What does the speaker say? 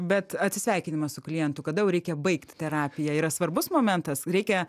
bet atsisveikinimas su klientu kada jau reikia baigt terapiją yra svarbus momentas reikia